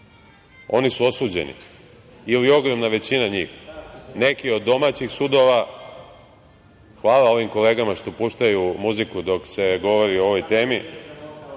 oni su osuđeni ili ogromna većina njih, neki od domaćih sudova… Hvala ovim kolegama što puštaju muziku dok se govori o ovoj